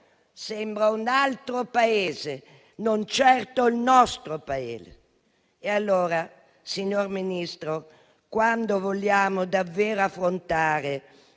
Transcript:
Sembra un altro Paese, non certo il nostro. Allora, signor Ministro, se vogliamo davvero affrontare